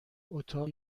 اتاق